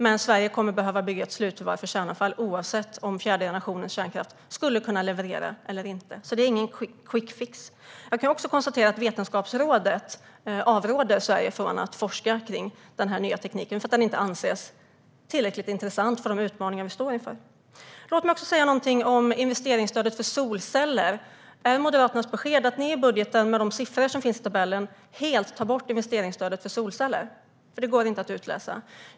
Men Sverige kommer ändå att behöva ett slutförvar för kärnavfall, oavsett om fjärde generationens kärnkraft skulle kunna leverera eller inte. Det är alltså inte någon quick fix. Jag konstaterar också att Vetenskapsrådet avråder Sverige från att forska kring den nya tekniken. Den anses inte vara tillräckligt intressant för de utmaningar vi står inför. Jag vill också säga någonting om investeringsstödet för solceller. Är Moderaternas besked att ni i er budget, med de siffror som finns i tabellen, helt tar bort investeringsstödet för solceller? Det går nämligen inte att utläsa.